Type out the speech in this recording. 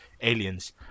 aliens